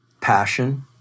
Passion